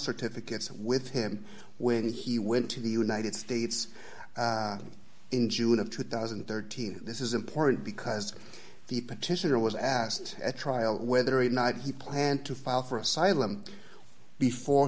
certificates with him when he went to the united states in june of two thousand and thirteen this is important because the petitioner was asked at trial whether at night he planned to file for asylum before